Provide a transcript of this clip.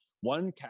One